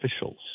officials